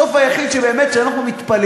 הסוף היחיד שבאמת, שאנחנו מתפללים,